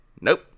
nope